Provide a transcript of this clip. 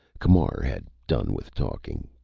camar had done with talking.